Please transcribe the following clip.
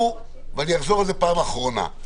ואני אחזור עליו פעם אחרונה.